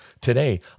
Today